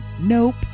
nope